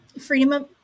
freedom